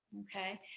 Okay